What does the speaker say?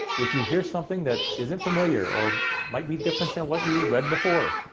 if you hear something that isn't familiar, or might be different than what you read before,